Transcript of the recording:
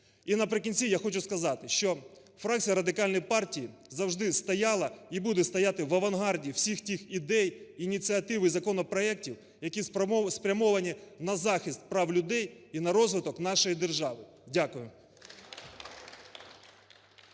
І наприкінці я хочу сказати, що фракція Радикальної партії завжди стояла і буде стояти в авангарді всіх тих ідей, ініціатив і законопроектів, які спрямовані на захист прав людей і на розвиток нашої держави. Дякую.